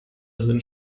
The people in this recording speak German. sind